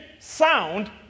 sound